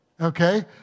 Okay